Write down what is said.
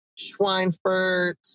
Schweinfurt